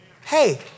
Hey